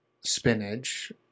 spinach